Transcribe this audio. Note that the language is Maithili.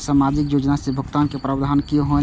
सामाजिक योजना से भुगतान के प्रावधान की कोना छै?